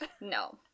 No